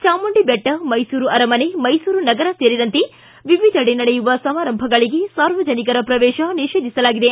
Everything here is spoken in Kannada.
ಚಾಮುಂಡಿ ಬೆಟ್ಟ ಮೈಸೂರು ಅರಮನೆ ಮೈಸೂರು ನಗರ ಸೇರಿದಂತೆ ವಿವಿಧೆಡೆ ನಡೆಯುವ ಸಮಾರಂಭಗಳಿಗೆ ಸಾರ್ವಜನಿಕರ ಪ್ರವೇಶ ನಿಷೇಧಿಸಲಾಗಿದೆ